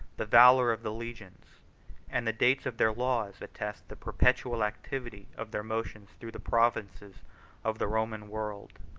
the valor of the legions and the dates of their laws attest the perpetual activity of their motions through the provinces of the roman world.